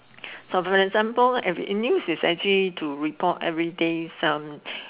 for example the news is actually to report everyday some